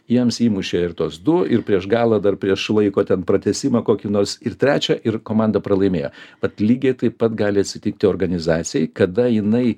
jiems įmušė ir tuos du ir prieš galą dar prieš laiko ten pratęsimą kokį nors ir trečią ir komanda pralaimėjo vat lygiai taip pat gali atsitikti organizacijai kada jinai